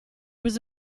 was